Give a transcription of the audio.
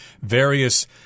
various